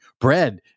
bread